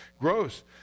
Gross